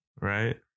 Right